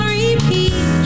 repeat